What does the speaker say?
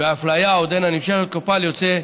האפליה עודנה נמשכת וכפועל יוצא,